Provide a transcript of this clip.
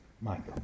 Michael